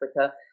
Africa